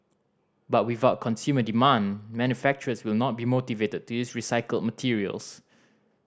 but without consumer demand manufacturers will not be motivated to use recycled materials